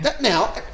Now